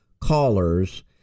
callers